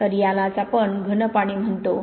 तर यालाच आपण घन पाणी म्हणतो